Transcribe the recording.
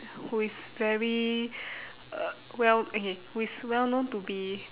who is very uh well okay who is well known to be